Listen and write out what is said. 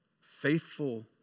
faithful